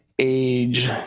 age